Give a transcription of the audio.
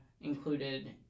included